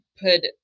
put